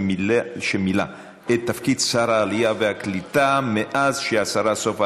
שמילא את תפקיד שר העלייה והקליטה מאז שהשרה סופה